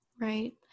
Right